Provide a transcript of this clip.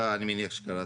אני מניח שקראתם.